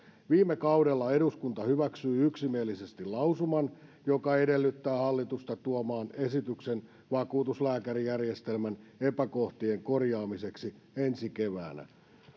viime kaudella eduskunta hyväksyi yksimielisesti lausuman joka edellyttää hallitusta tuomaan esityksen vakuutuslääkärijärjestelmän epäkohtien korjaamiseksi ensi keväänä